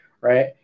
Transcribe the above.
right